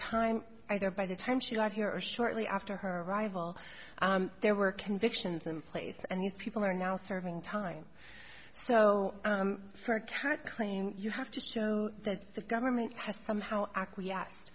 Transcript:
time either by the time she got here or shortly after her arrival there were convictions in place and these people are now serving time so far can't claim you have to so that the government has somehow acquiesced